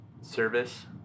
service